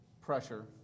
pressure